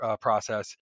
process